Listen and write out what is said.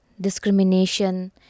discrimination